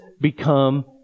become